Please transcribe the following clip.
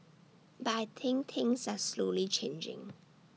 but I think things are slowly changing